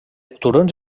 turons